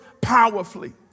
powerfully